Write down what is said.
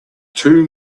too